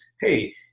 Hey